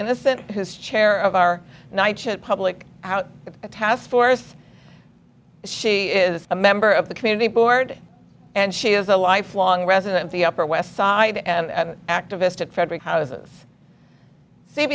innocent his chair of our public out of task force she is a member of the community board and she is a lifelong resident the upper west side and activist at frederick houses